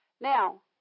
Now